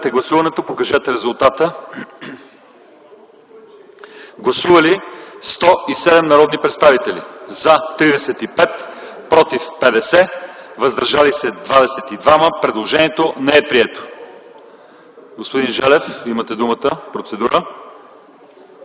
каса за 2010 г. Гласували 107 народни представители: за 35, против 50, въздържали се 22. Предложението не е прието. Господин Желев, имате думата за процедура.